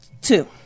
two